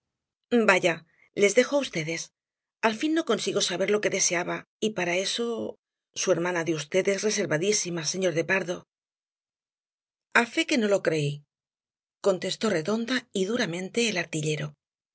vaya les dejo á vds al fin no consigo saber lo que deseaba y para eso su hermana de v es reservadísima señor de pardo a fe que no lo creí contestó redonda y duramente el artillero